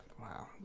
Wow